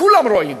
כולם רואים.